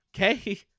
Okay